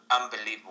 Unbelievable